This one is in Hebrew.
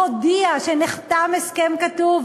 הודיעה שנחתם הסכם כתוב